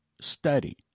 study